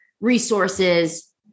resources